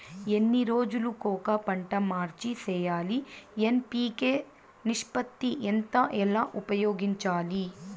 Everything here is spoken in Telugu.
ఎన్ని రోజులు కొక పంట మార్చి సేయాలి ఎన్.పి.కె నిష్పత్తి ఎంత ఎలా ఉపయోగించాలి?